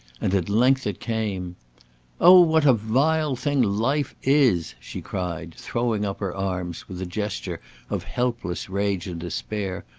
and at length it came oh, what a vile thing life is! she cried, throwing up her arms with a gesture of helpless rage and despair.